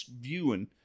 viewing